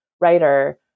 writer